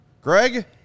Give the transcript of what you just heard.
Greg